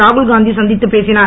ராகுல்காந்தி சந்தித்து பேசினார்